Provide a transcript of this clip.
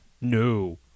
No